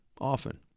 often